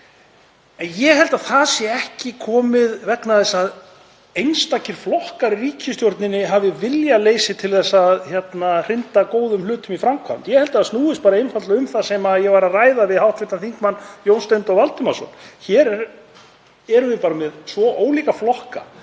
En ég held að það sé ekki til komið vegna þess að einstakir flokkar í ríkisstjórninni hafi ekki vilja til að hrinda góðum hlutum í framkvæmd. Ég held að það snúist einfaldlega um það sem ég var að ræða við hv. þm. Jón Steindór Valdimarsson. Hér erum við bara með svo ólíka flokka